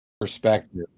perspective